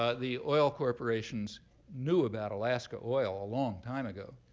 ah the oil corporations knew about alaska oil a long time ago.